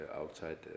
outside